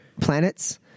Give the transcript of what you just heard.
planets